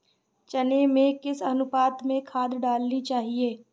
चने में किस अनुपात में खाद डालनी चाहिए?